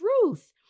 truth